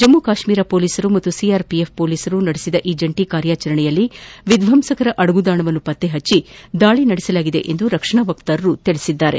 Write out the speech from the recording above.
ಜಮ್ಮು ಕಾಶ್ಮೀರ ಪೊಲೀಸರು ಮತ್ತು ಸಿಆರ್ಪಿಎಫ್ ಯೋಧರು ನಡೆಸಿದ ಈ ಜಂಟಿ ಕಾರ್ಯಾಚರಣೆಯಲ್ಲಿ ವಿಧ್ಲಂಸಕರ ಅದುಗುತಾಣವನ್ನು ಪತ್ತೆ ಮಾಡಿ ದಾಳಿ ನಡೆಸಲಾಯಿತು ಎಂದು ರಕ್ಷಣಾ ವಕ್ತಾರರು ಹೇಳಿದ್ದಾರೆ